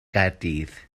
gaerdydd